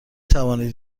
توانید